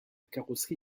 carrosserie